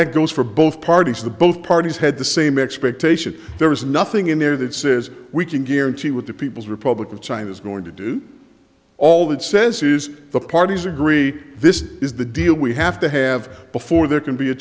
that goes for both parties the both parties had the same expectation there is nothing in there that says we can guarantee what the people's republic of china is going to do all that says is the parties agree this is the deal we have to have before there can be a